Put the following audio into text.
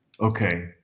Okay